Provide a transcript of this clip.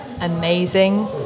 amazing